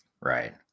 Right